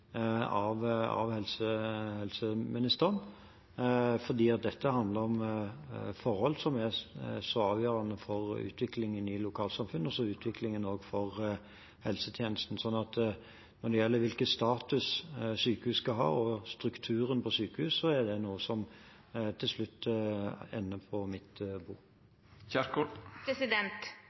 av helseministeren, for dette handler om forhold som er så avgjørende for utviklingen i lokalsamfunn og i helsetjenesten. Når det gjelder hvilken status sykehus skal ha, og strukturen på sykehus, er det noe som til slutt ender på mitt